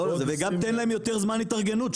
וגם תן להם יותר זמן התארגנות,